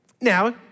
Now